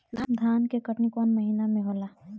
धान के कटनी कौन महीना में होला?